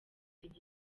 afite